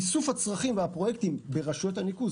איסוף הצרכים והפרויקטים ברשויות הניקוז,